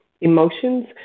emotions